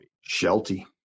Shelty